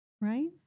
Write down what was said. right